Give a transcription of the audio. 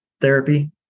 Therapy